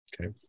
Okay